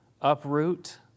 uproot